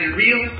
real